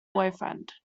boyfriend